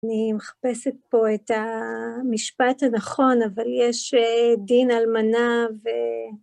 אני מחפשת פה את המשפט הנכון, אבל יש דין אלמנה ו...